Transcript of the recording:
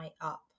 up